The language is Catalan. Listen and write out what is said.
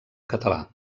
català